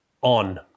on